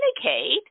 communicate